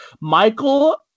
Michael